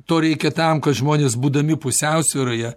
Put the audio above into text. to reikia tam kad žmonės būdami pusiausvyroje